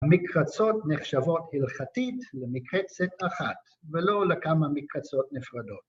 ‫המקרצות נחשבות הלכתית למקרצת אחת, ‫ולא לכמה מקרצות נפרדות.